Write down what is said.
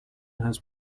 has